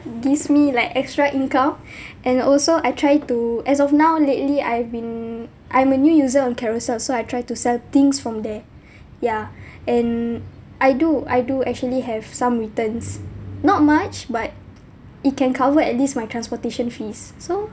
gives me like extra income and also I try to as of now lately I've been I'm a new user on carousell so I try to sell things from there ya and I do I do actually have some returns not much but it can cover at least my transportation fees so